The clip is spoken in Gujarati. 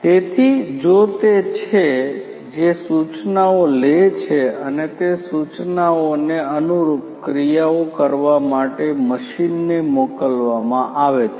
તેથી જો તે છે જે સૂચનાઓ લે છે અને તે સૂચનાઓને અનુરૂપ ક્રિયાઓ કરવા માટે મશીનને મોકલવામાં આવે છે